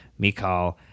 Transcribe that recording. Mikal